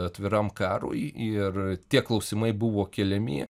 atviram karui ir tie klausimai buvo keliami